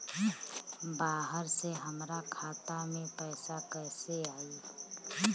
बाहर से हमरा खाता में पैसा कैसे आई?